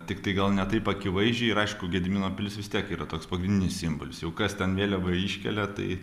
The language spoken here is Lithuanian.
tiktai gal ne taip akivaizdžiai ir aišku gedimino pilis vis tiek yra toks pagrindinis simbolis jau kas ten vėliavą iškelia tai